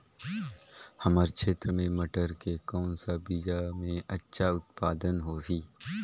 हमर क्षेत्र मे मटर के कौन सा बीजा मे अच्छा उत्पादन होही?